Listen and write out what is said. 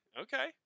okay